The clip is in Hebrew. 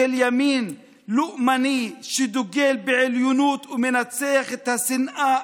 של ימין לאומני שדוגל בעליונות ומנציח את השנאה,